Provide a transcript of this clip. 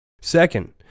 Second